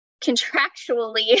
contractually